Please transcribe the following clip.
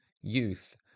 youth